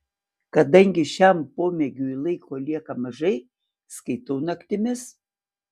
kadangi šiam pomėgiui laiko lieka mažai skaitau naktimis